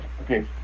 Okay